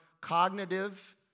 cognitive